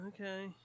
Okay